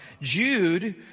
Jude